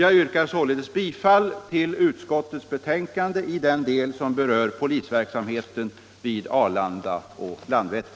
Jag yrkar således, herr talman, bifall till vad utskottet hemställt i den del som berör polisverksamheten vid Arlanda och Landvetter.